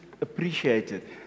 appreciated